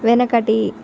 వెనకటి